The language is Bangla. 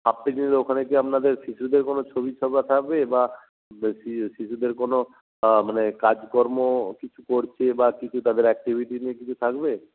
হাফ পেজের ওখানে কি আপনাদের শিশুদের কোনো ছবি ছাপা থাকবে বা শিশুদের কোনো মানে কাজকর্ম কিছু করছে বা কিছু তাদের অ্যাকটিভিটি নিয়ে কিছু থাকবে